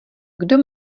kdo